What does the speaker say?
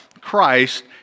Christ